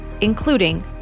including